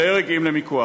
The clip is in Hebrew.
אם להרג ואם למיקוח.